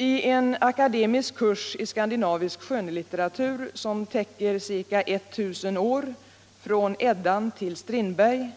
I en akademisk kurs i skandinavisk skönlitteratur som täcker ca 1 000 år — från Eddan till Strindberg